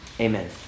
Amen